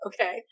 okay